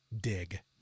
dig